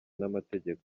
n’amategeko